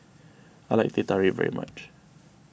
I like Teh Tarik very much